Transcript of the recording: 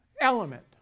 element